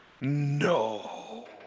No